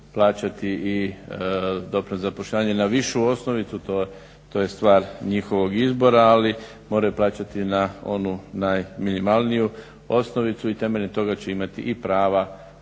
plaćati i doprinos za zapošljavanje na višu osnovicu, to je stvar njihovog izbora ali moraju plaćati na onu najminimalniju osnovicu i temeljem toga će imati i prava